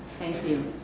thank you.